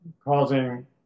causing